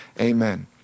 amen